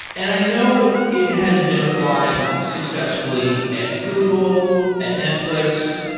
and i know it has been applied successfully at google, at netfl ix.